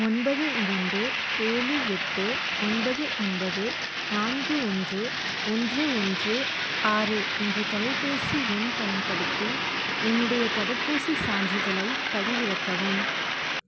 ஒன்பது இரண்டு ஏழு எட்டு ஒன்பது ஒன்பது நான்கு ஒன்று ஒன்று ஒன்று ஆறு என்ற தொலைபேசி எண் பயன்படுத்தி என்னுடைய தடுப்பூசிச் சான்றிதழைப் பதிவிறக்கவும்